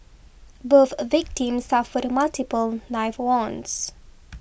both a victims suffered multiple knife wounds